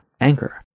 Anchor